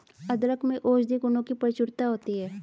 अदरक में औषधीय गुणों की प्रचुरता होती है